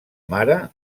mare